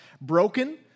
broken